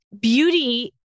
beauty